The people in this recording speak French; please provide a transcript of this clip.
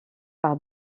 par